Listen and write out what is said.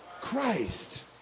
Christ